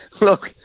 look